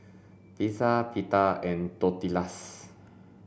Pizza Pita and Tortillas